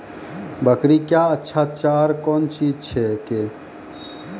बकरी क्या अच्छा चार कौन चीज छै के?